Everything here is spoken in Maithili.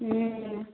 हुँ